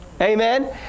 Amen